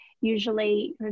usually